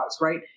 right